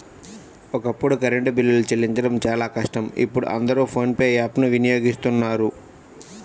ఒకప్పుడు కరెంటు బిల్లులు చెల్లించడం చాలా కష్టం ఇప్పుడు అందరూ ఫోన్ పే యాప్ ను వినియోగిస్తున్నారు